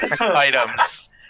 items